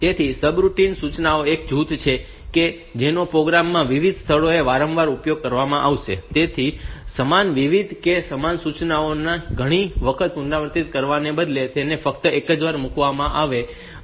તેથી સબરૂટિન સૂચનાઓનું એક જૂથ છે કે જેનો પ્રોગ્રામ માં વિવિધ સ્થળોએ વારંવાર ઉપયોગ કરવામાં આવશે તેથી સમાન વિધાન કે સમાન સૂચનાઓ ને ઘણી વખત પુનરાવર્તિત કરવાને બદલે તેને ફક્ત એક જ વાર મૂકવામાં આવે છે